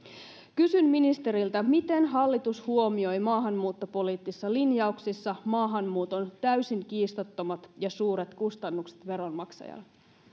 kysyn ministeriltä miten hallitus huomioi maahanmuuttopoliittisissa linjauksissaan maahanmuuton täysin kiistattomat ja suuret kustannukset veronmaksajalle